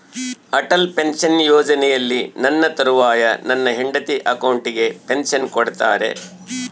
Atal pension ಯೋಜನೆಯಲ್ಲಿ ನನ್ನ ತರುವಾಯ ನನ್ನ ಹೆಂಡತಿ ಅಕೌಂಟಿಗೆ ಪೆನ್ಶನ್ ಕೊಡ್ತೇರಾ?